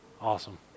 Awesome